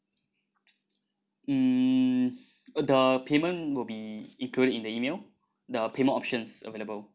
mm uh the payment will be included in the E-mail the payment options available